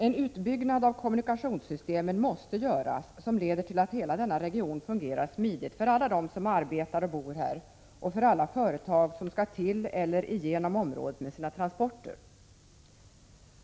En utbyggnad av kommunikationssystemen måste göras som leder till att hela denna region fungerar smidigt för alla dem som arbetar och bor här och för alla företag som skall till eller igenom området med sina transporter.